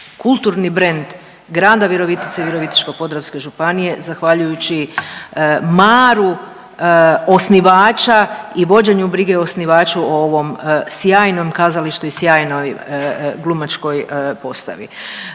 kulturni brend grada Virovitice i Virovitičko-podravske županije zahvaljujući maru osnivača i vođenju brige o osnivaču, o ovom sjajnom kazalištu i sjajnoj glumačkoj postavi.